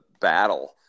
battle